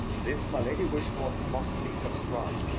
this, my lady wishfort, must be subscribed,